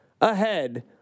ahead